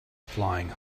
flying